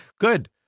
Good